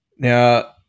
Now